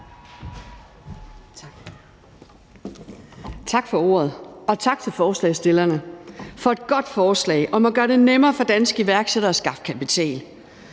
Tak for ordet, og tak til forslagsstillerne for et godt forslag om at gøre det nemmere for danske iværksættere at skaffe kapital.